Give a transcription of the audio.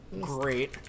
Great